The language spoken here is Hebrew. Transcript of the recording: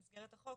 במסגרת החוק,